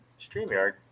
Streamyard